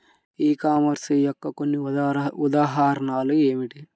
ఈ కామర్స్ యొక్క కొన్ని ఉదాహరణలు ఏమిటి?